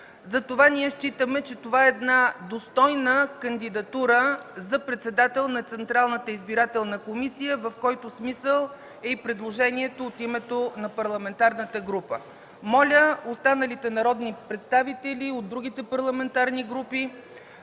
затова ние считаме, че това е една достойна кандидатура за председател на Централната избирателна комисия, в който смисъл е предложението от името на парламентарната група. Моля останалите народни представители от другите парламентарни групи